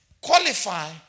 qualify